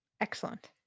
Excellent